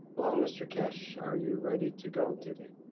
hello mr. keshe, are you ready to go today?